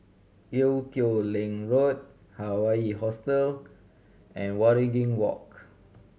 Ee Teow Leng Road Hawaii Hostel and Waringin Walk